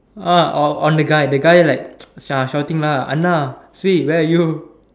uh on on the guy the guy like shou~ shouting lah அண்ணா:annaa say where are you